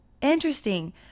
Interesting